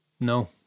No